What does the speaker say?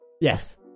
Yes